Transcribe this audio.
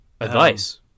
advice